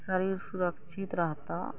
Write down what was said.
शरीर सुरक्षित रहतऽ